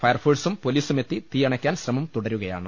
ഫയർഫോഴ്സും പൊലീസുമെത്തി തീ അണ യ്ക്കാൻ ശ്രമം തുടരുകയാണ്